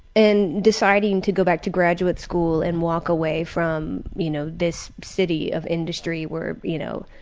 and deciding to go back to graduate school and walk away from, you know, this city of industry where, you know,